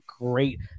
great